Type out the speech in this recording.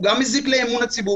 לא רק הפגנות ותפילות.